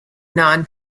non